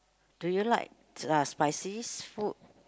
do you like uh spicy food